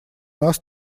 нас